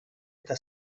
eta